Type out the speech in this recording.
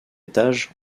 étage